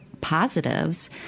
positives